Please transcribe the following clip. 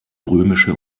römische